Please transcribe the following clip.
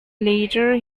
later